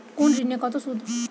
কোন ঋণে কত সুদ?